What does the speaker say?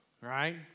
right